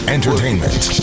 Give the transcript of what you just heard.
Entertainment